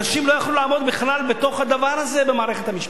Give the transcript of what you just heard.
אנשים לא יכלו לעמוד בכלל בדבר הזה במערכת המשפט.